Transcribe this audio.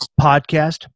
podcast